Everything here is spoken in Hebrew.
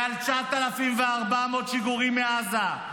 מעל 9,400 שיגורים מעזה,